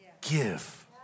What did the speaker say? give